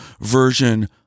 version